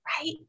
right